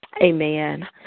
amen